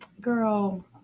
Girl